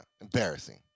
Embarrassing